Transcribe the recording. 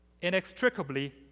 inextricably